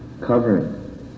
covering